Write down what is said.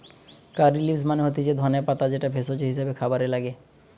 কারী leaves মানে হতিছে ধনে পাতা যেটা ভেষজ হিসেবে খাবারে লাগে